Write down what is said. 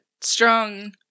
Strong